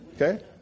Okay